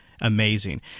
amazing